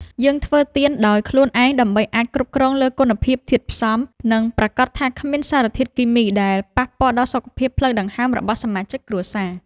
យើងធ្វើទៀនដោយខ្លួនឯងដើម្បីអាចគ្រប់គ្រងលើគុណភាពធាតុផ្សំ និងប្រាកដថាគ្មានសារធាតុគីមីដែលប៉ះពាល់ដល់សុខភាពផ្លូវដង្ហើមរបស់សមាជិកគ្រួសារ។